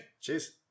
Cheers